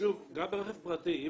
גם ברכב פרטי,